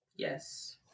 Yes